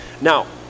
Now